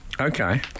Okay